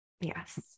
Yes